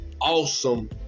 awesome